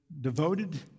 devoted